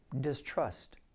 distrust